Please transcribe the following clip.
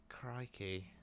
Crikey